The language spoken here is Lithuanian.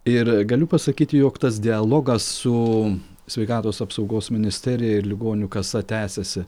ir galiu pasakyti jog tas dialogas su sveikatos apsaugos ministerija ir ligonių kasa tęsiasi